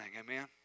amen